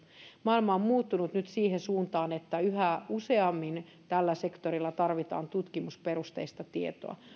maailma on muuttunut nyt siihen suuntaan että yhä useammin tällä sektorilla tarvitaan tutkimusperusteista tietoa